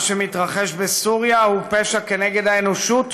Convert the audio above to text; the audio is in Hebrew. מה שמתרחש בסוריה הוא פשע נגד האנושות,